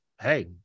Hey